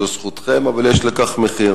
זו זכותכם, אבל יש לכך מחיר.